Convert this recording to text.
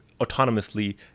autonomously